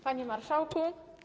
Panie Marszałku!